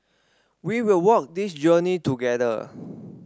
we will walk this journey together